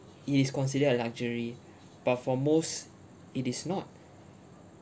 it is considered a luxury but for most it is not